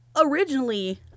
Originally